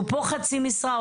שהוא פה חצי משרה,